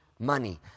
Money